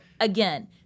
Again